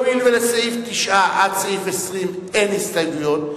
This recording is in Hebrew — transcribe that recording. והואיל ולסעיף 9 עד סעיף 20 אין הסתייגויות,